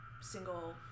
single